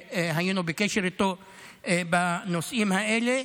שהיינו בקשר איתו בנושאים האלה,